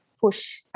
push